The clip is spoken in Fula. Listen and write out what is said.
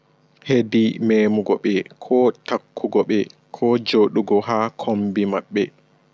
Hedi meemugo ɓe ko takkugo ɓe ko jooɗugo haa kombi maɓɓe.